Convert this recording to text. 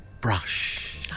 Brush